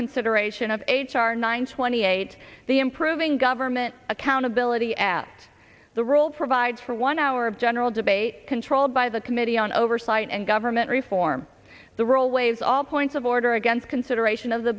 consideration of h r nine twenty eight the improving government accountability at the world provides for one hour of general debate controlled by the committee on oversight and government reform the role waives all points of order against consideration of the